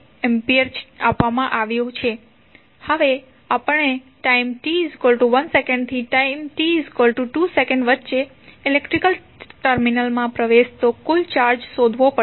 હવે આપણે time t 1 સેકંડથી t 2 સેકન્ડ વચ્ચે ઇલેક્ટ્રિકલ ટર્મિનલમાં પ્રવેશતો કુલ ચાર્જ શોધવો પડશે